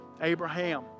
Abraham